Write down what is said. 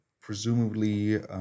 presumably